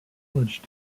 village